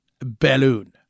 balloon